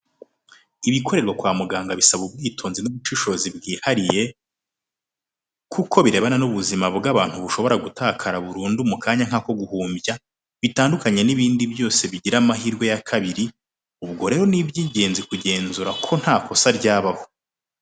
Ibikorerwa kwa muganga bisaba ubwitonzi n'ubushishozi bwihariye, kubera ko birebana n'ubuzima bw'abantu bushobora gutakara burundu mu kanya nk'ako guhumbya, bitandukanye n'ibindi byose bigira amahirwe ya kabiri, ubwo rero ni iby'ingenzi kugenzura ko nta kosa ryabaho.